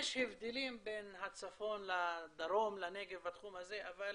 יש הבדלים בין הצפון לדרום, לנגב, בתחום הזה, אבל